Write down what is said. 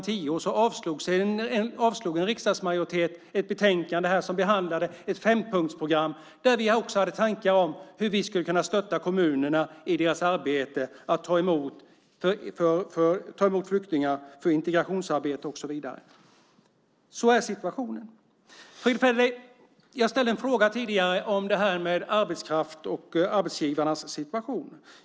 10, avslog en riksdagsmajoritet ett betänkande som behandlade ett fempunktsprogram där vi också hade tankar om hur vi skulle kunna stötta kommunerna i deras arbete att ta emot flyktingar, integrationsarbete och så vidare. Så ser situationen ut. Fredrick Federley! Jag ställde en fråga tidigare om det här med arbetskraft och arbetsgivarnas situation.